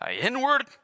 inward